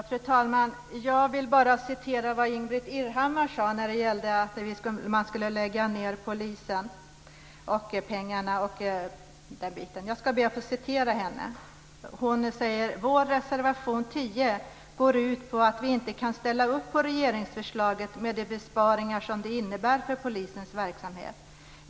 Fru talman! Jag vill bara citera vad Ingbritt Irhammar sade när det gällde att lägga ned Polishögskolan, pengarna m.m. Hon sade: "Vår reservation 10 går ut på att vi inte kan ställa upp på regeringsförslaget med de besparingar som det innebär för polisens verksamhet.